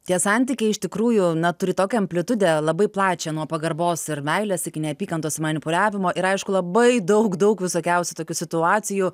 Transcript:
tie santykiai iš tikrųjų na turi tokią amplitudę labai plačią nuo pagarbos ir meilės iki neapykantos manipuliavimo ir aišku labai daug daug visokiausių tokių situacijų